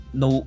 no